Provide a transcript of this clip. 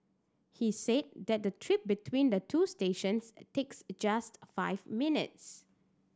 he said that the trip between the two stations takes just five minutes